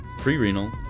pre-renal